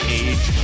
age